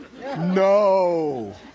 no